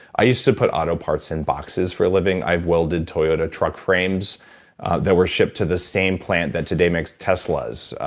i used to put auto parts in boxes for a living. i've welded toyota truck frames that were shipped to the same plant that today makes tesla's.